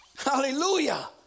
Hallelujah